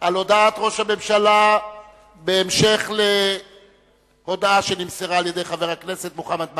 על הודעת ראש הממשלה בהמשך להודעה שנמסרה על-ידי חבר הכנסת מוחמד ברכה.